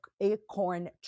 acorn